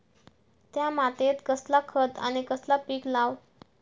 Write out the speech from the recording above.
त्या मात्येत कसला खत आणि कसला पीक लाव?